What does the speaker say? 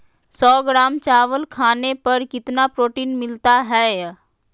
सौ ग्राम चावल खाने पर कितना प्रोटीन मिलना हैय?